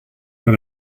that